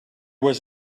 was